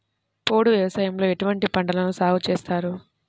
పోడు వ్యవసాయంలో ఎటువంటి పంటలను సాగుచేస్తారు?